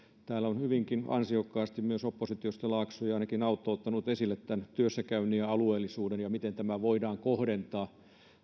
täällä ovat hyvinkin ansiokkaasti myös oppositiosta ainakin laakso ja autto ottaneet esille työssäkäynnin ja alueellisuuden ja sen miten tämä voidaan kohdentaa